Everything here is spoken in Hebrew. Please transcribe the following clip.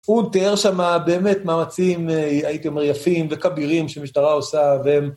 הוא תיאר שם באמת מאמצים הייתי אומר יפים וכבירים שמשטרה עושה, והם...